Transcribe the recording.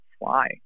fly